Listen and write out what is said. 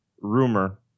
rumor